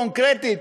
קונקרטית,